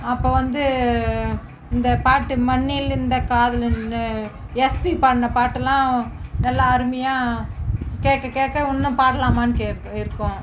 அப்போ வந்து இந்த பாட்டு மண்ணில் இந்த காதல் இன் எஸ்பி பாடின பாட்டெல்லாம் நல்லா அருமையாக கேட்க கேட்க இன்னும் பாடலாமான்னு கேக் இருக்கும்